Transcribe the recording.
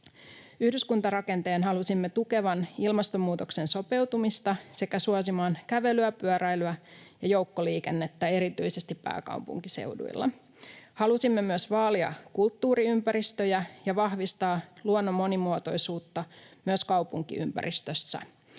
Yhdyskuntarakenteen halusimme tukevan ilmastonmuutokseen sopeutumista sekä suosivan kävelyä, pyöräilyä ja joukkoliikennettä, erityisesti pääkaupunkiseudulla. Halusimme myös vaalia kulttuuriympäristöjä ja vahvistaa luonnon monimuotoisuutta myös kaupunkiympäristössä,